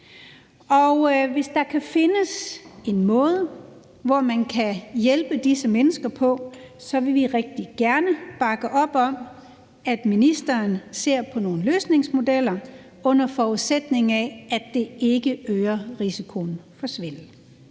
Hvis der kan findes en måde, hvorpå man kan hjælpe disse mennesker, så vil vi rigtig gerne bakke op om, at ministeren ser på nogle løsningsmodeller, under forudsætning af at det ikke øger risikoen for svindel.